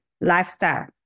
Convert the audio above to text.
Lifestyle